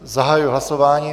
Zahajuji hlasování.